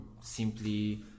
simply